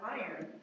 iron